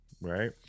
right